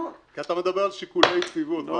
אתה מדבר על שיקולי יציבות.